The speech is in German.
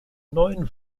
neuen